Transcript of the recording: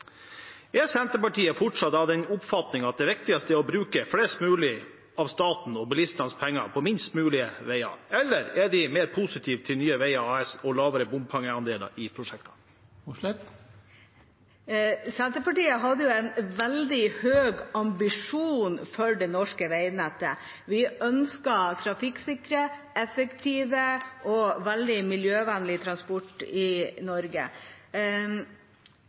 Er Senterpartiet fortsatt av den oppfatning at det viktigste er å bruke mest mulig av statens og bilistenes penger på minst mulig vei, eller er de mer positive til Nye Veier AS og lavere bompengeandeler i prosjektene? Senterpartiet hadde en veldig høy ambisjon for det norske veinettet. Vi ønsker trafikksikker, effektiv og veldig miljøvennlig transport i Norge.